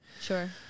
sure